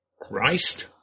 Christ